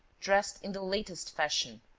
dressed in the latest fashion,